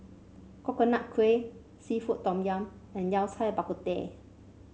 Coconut Kuih seafood Tom Yum and Yao Cai Bak Kut Teh